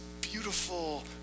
beautiful